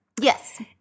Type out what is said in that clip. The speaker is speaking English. Yes